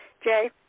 Jay